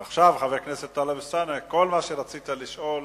ועכשיו, חבר הכנסת טלב אלסאנע, כל מה שרצית לשאול,